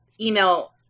email